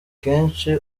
kenshi